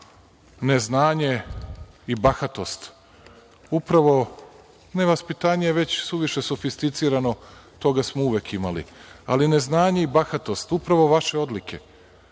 neznanje i bahatost. Nevaspitanje je već suviše sofisticirano i toga smo uvek imali, ali neznanje i bahatost, upravo vaše odlike,